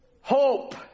Hope